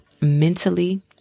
mentally